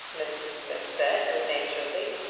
mr. smith said, good-naturedly.